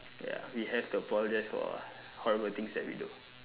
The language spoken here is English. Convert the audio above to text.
ya we have to apologise for horrible things that we do